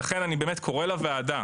לכן אני באמת קורא לוועדה: